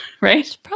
right